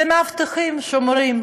מאבטחים, שומרים,